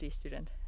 student